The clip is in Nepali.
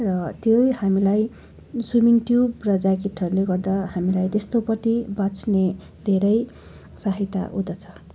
र त्यही हामीलाई स्विमिङ ट्युब र ज्याकेटहरूले गर्दा हामीलाई त्यस्तोपट्टि बाच्ने धेरै सहायता हुँदछ